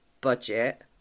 budget